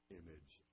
image